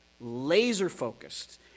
laser-focused